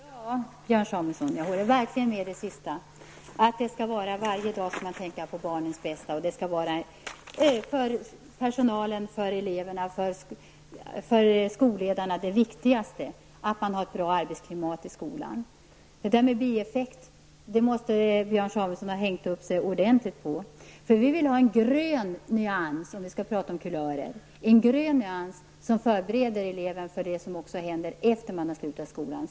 Herr talman! Ja, Björn Samuelson jag håller verkligen med om det sista. Varje dag skall man tänka på barnens bästa. För personalen, eleverna och skolledarna skall det viktigaste var att man har ett bra arbetsklimat i skolan. Björn Samuelson måste ha hängt upp sig ordenligt på ordet ''bieffekt''. Vi vill ha en grön nyans, om vi skall prata om kulörer, som förbereder eleven för det som händer när man slutat skolan.